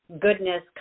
goodness